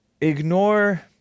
ignore